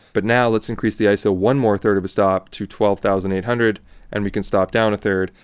but now, let's increase the iso one more third of a stop to twelve thousand eight hundred and we can stop down a third.